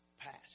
passed